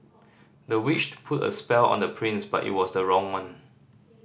the witch put a spell on the prince but it was the wrong one